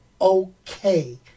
okay